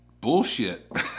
bullshit